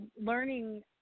learning